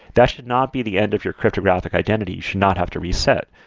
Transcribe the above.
that should not be the end of your cryptographic identity you should not have to reset.